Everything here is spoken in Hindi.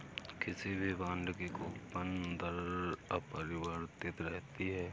किसी भी बॉन्ड की कूपन दर अपरिवर्तित रहती है